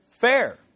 fair